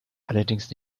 allerdings